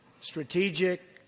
strategic